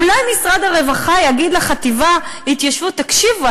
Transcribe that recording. אולי משרד הרווחה יגיד לחטיבה להתיישבות: תקשיבו,